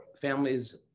families